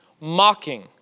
mocking